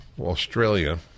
Australia